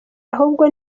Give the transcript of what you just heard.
ahubwo